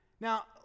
Now